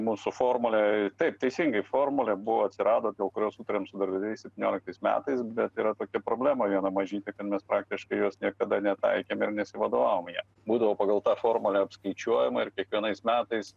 mūsų formulę taip teisingai formulė buvo atsirado dėl kurios sutarėm su darbdaviais septynioliktais metais bet yra tokia problema viena mažytė kad mes praktiškai jos niekada netaikėm ir nesivadovavom ja būdavo pagal tą formulę apskaičiuojama ir kiekvienais metais